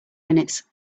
minutes